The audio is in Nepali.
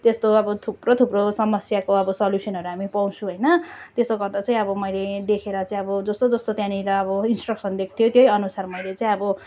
त्यस्तो अब थुप्रो थुप्रो समस्याको अब सल्युसनहरू अब हामी पाउँछौँ होइन त्यसो गर्दा चाहिँ अब मैले देखेर चाहिँ अब जस्तो जस्तो त्यहाँनिर अब इन्सट्रकसन दिएको थियो त्यही अनुसारले चाहिँ अब